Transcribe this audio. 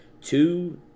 two